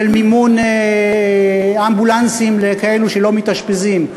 למימון אמבולנסים לאלה שלא מתאשפזים.